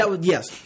Yes